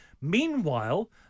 Meanwhile